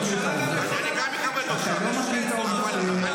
גם היום אתה מונע את הסובסידיה ממשרתי מילואים.